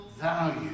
value